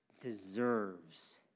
deserves